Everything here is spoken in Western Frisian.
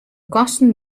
kosten